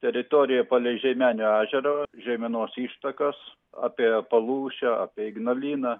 teritorija palei žiemenio ežerą žeimenos ištakas apie palūšę apie ignaliną